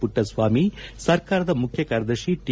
ಮಟ್ಟಸ್ವಾಮಿ ಸರ್ಕಾರದ ಮುಖ್ಯ ಕಾರ್ಯದರ್ಶಿ ಟಿ